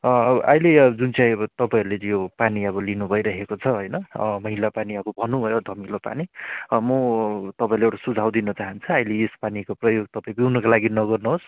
आहिले जुन चाहिँ अब तपाईँहरूले यो पानी अब लिनु भइरहेको छ होइन मैला पानी अब भन्नुभयो धमिलो पानी म तपाईँलाई एउटा सुझाउ दिन चाहन्छु आहिले यस पानीको प्रयोग तपाईँ पिउनको लागि नगर्नुहोस्